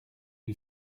you